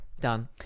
done